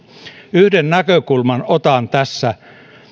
yhden näkökulman otan tässä